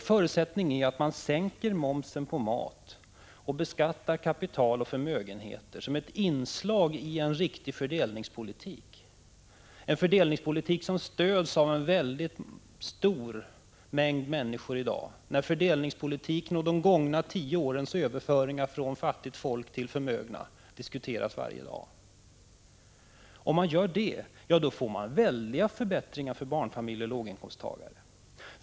Men vår ståndpunkt är att man skall sänka momsen på mat och beskatta kapital och förmögenheter som ett inslag i en riktig fördelningspolitik, en fördelningspolitik som stöds av en stor mängd människor i dag, när fördelningspolitiken och de gångna tio årens överföringar från fattigt folk till förmögna diskuteras varje dag. Om man sänker momsen på mat och beskattar kapital och förmögenheter åstadkommer man väldiga förbättringar för barnfamiljer och låginkomsttagare.